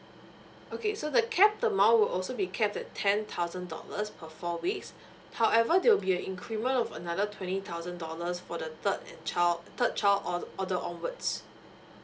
okay so the would also be kept at ten thousand dollars for four weeks however there will be a increment of another twenty thousand dollars for the third and child third child on order onwards